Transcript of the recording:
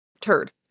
turd